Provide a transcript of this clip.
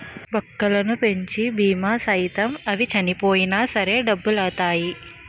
బక్కలను పెంచి బీమా సేయిత్తే అవి సచ్చిపోయినా సరే డబ్బులొత్తాయి